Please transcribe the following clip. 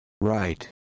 right